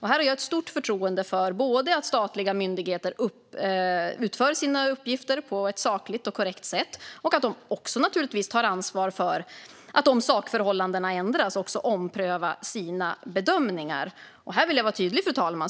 Här har jag ett stort förtroende för att statliga myndigheter både utför sina uppgifter på ett sakligt och korrekt sätt och att de också tar ansvar för att om sakförhållandena ändras också omprövar sina bedömningar. Fru talman! Här vill jag vara tydlig.